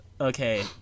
Okay